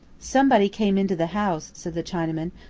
somebody came into the house, said the chinaman,